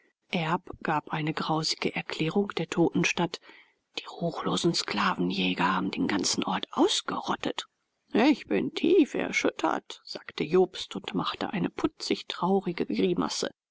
gab eine grausige erklärung der toten stadt die ruchlosen sklavenjäger haben den ganzen ort ausgerottet ich bin tief erschüttert sagte jobst und machte eine putzig traurige grimasse